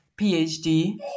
PhD